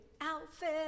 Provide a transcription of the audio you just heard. outfit